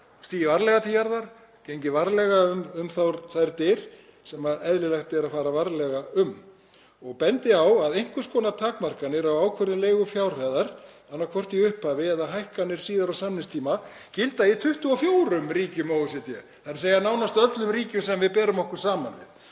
því. Ég held að hér sé gengið varlega um þær dyr sem eðlilegt er að fara varlega um. Ég bendi á að einhvers konar takmarkanir á ákvörðun leigufjárhæðar, annaðhvort í upphafi eða hækkanir síðar á samningstíma, gilda í 24 ríkjum OECD, í nánast öllum ríkjum sem við berum okkur saman við.